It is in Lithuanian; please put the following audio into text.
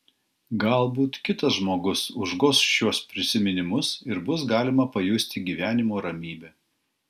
galbūt kitas žmogus užgoš šiuos prisiminimus ir bus galima pajusti gyvenimo ramybę